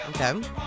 Okay